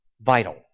Vital